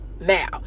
now